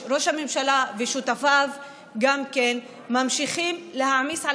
ראש הממשלה ושותפיו גם ממשיכים להעמיס על